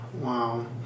Wow